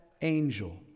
angel